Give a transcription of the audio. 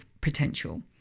potential